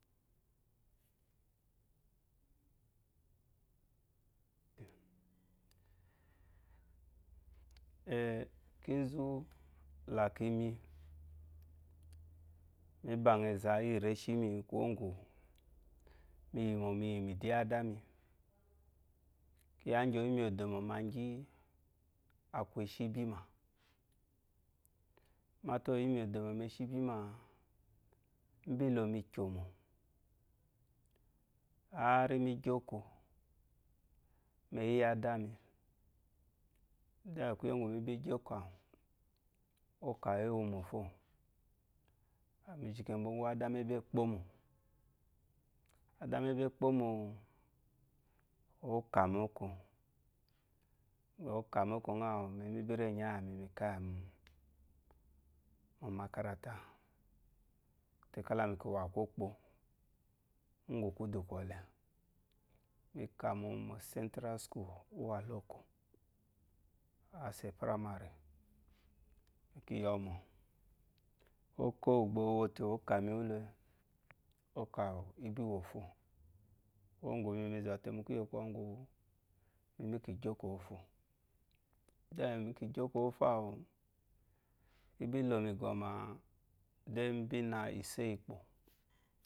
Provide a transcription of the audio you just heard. Kizu laki mi ba ngha eza iyi reshi mi kuwo gu mi yi mo mi yimi du yada mi kiya gi yimidu moma gi aku eshi bima mata oyimi idomo meshi bima wu mi bi lomi kyomo ari mi gyo oko nuyi ya dami da kuye gu mi bi gyo ko awu oko awu ewu mo fo mi zhi ke boya adami ebo kpomo awu okami oko ngha mi bire nya iya mi. mi bi kaya mi mo maka karata mi kala mi kiwa kokpa ugu kudu kole mikamu mo central school uwa loko mo central marre mi yomo oko uwo bo wote okamiwule oko ubiwo mofo kuwogu mi mi zote mo koye kogu minyi gyo okofo ko wo gu mi zote miki gyo okofo wo mi bilemi goma demibina esoyi ukpo